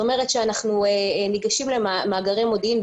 אנחנו ניגשים למאגרי מודיעין,